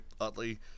Utley